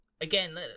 again